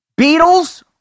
Beatles